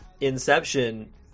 Inception